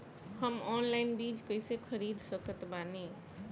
हम ऑनलाइन बीज कइसे खरीद सकत बानी?